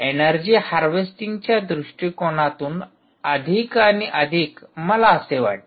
energy हार्वेस्टिंगच्या दृष्टीकोनातून अधिक आणि अधिक मला असे वाटते